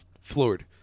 Floored